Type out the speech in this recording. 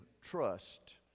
trust